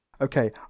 Okay